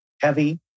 heavy